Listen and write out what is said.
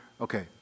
okay